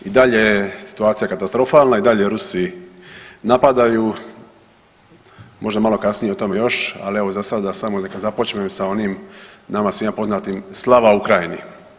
I dalje je situacija katastrofalna, i dalje Rusi napadaju, možda malo kasnije o tome još, ali evo, za sada samo neka započmem sa onim nama svima poznatim, slava Ukrajini.